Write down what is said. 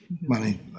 money